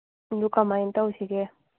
ꯑꯗꯨ ꯀꯃꯥꯏ ꯇꯧꯁꯤꯒꯦ